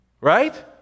right